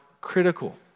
critical